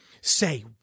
Say